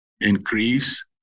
increase